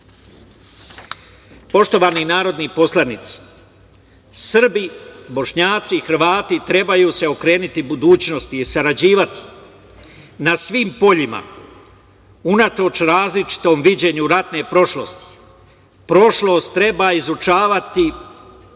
politička. Poštovani narodni poslanici, Srbi, Bošnjaci, Hrvati trebaju se okrenuti budućnosti i sarađivati na svim poljima unatoč različitom viđenju ratne prošlosti. Prošlost treba izučavati